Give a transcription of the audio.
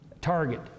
target